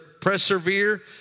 persevere